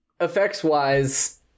Effects-wise